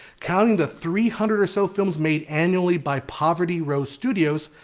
counting the three hundred or so films made annually by poverty row studios,